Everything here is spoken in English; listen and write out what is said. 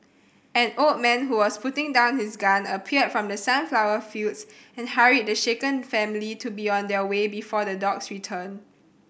an old man who was putting down his gun appeared from the sunflower fields and hurried the shaken family to be on their way before the dogs return